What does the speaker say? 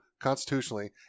constitutionally